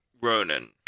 Ronan